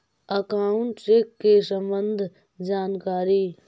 Account check के सम्बन्ध जानकारी?